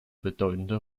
bedeutende